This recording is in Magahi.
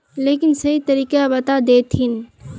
लेकिन सही तरीका बता देतहिन?